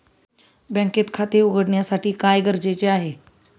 बँकेत खाते उघडण्यासाठी काय गरजेचे आहे?